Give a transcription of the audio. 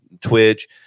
twitch